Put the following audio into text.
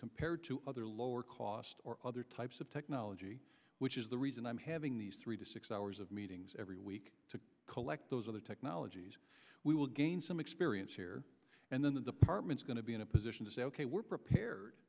compared to other lower cost or other types of technology which is the reason i'm having these three to six hours of meetings every week to collect those other technologies we will gain some experience here and then the department's going to be in a position to say ok we're prepared